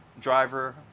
driver